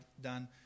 done